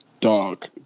Dog